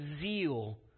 zeal